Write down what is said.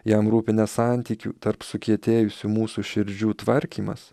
jam rūpi ne santykių tarp sukietėjusių mūsų širdžių tvarkymas